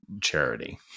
charity